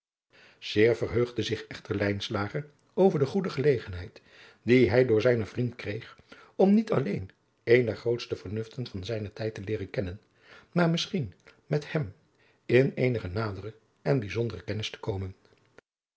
zeer verheugde zich echter lijnslager over de goede gelegenheid die hij door zijnen vriend kreeg om niet alleen een der grootste vernuften van zijnen tijd te leeren kennen maar misschien met hem in eenige nadere en bijzondere kennis te komen